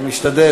אני משתדל.